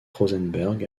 rosenberg